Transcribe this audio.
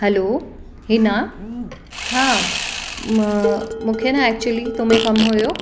hello Heena हा मूंखे actually तूं में कमु हुओ